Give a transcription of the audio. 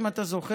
אם אתה זוכר,